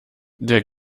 der